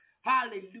Hallelujah